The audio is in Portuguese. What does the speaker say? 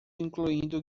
incluindo